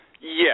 Yes